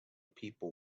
people